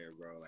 bro